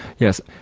yes.